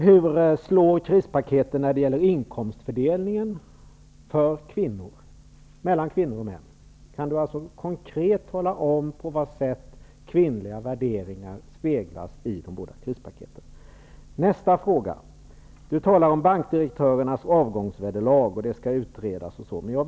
Per-Ola Eriksson konkret tala om på vilket sätt kvinnliga värderingar speglas i de båda krispaketen? Per-Ola Eriksson talar om bankdirektörernas avgångsvederlag och att det är en fråga som skall utredas.